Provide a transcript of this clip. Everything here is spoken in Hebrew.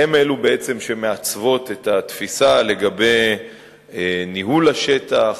היא בעצם שמעצבת את התפיסה לגבי ניהול השטח,